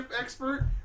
expert